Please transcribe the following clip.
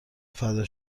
فدا